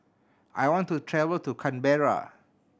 I want to travel to Canberra